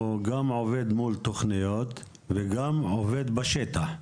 הוא גם עובד מול תוכניות וגם עובד בשטח?